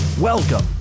Welcome